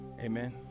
Amen